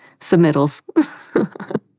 submittals